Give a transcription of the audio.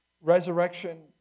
Resurrection